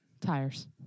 Tires